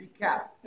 recap